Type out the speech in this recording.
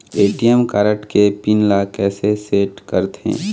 ATM card के pin ला कैसे सेट करथे?